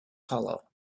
hollow